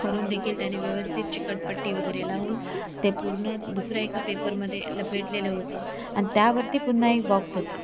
करूनदेखील त्यांनी व्यवस्थित चिकटपट्टी वगैरे लावून ते पूर्ण दुसऱ्या एका पेपरमध्ये लपेटलेलं होतं आणि त्यावरती पुन्हा एक बॉक्स होता